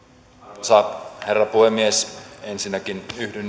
arvoisa herra puhemies ensinnäkin yhdyn niihin